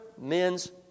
men's